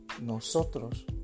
nosotros